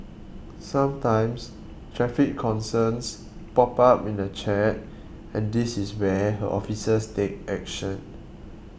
sometimes traffic concerns pop up in the chat and this is where her officers take action